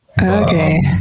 Okay